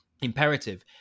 imperative